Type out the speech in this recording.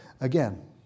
again